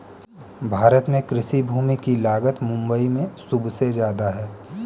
भारत में कृषि भूमि की लागत मुबई में सुबसे जादा है